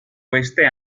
queste